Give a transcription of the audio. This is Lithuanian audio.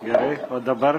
gerai o dabar